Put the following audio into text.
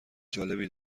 جالبی